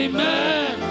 Amen